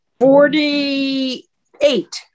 Forty-eight